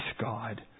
god